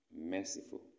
merciful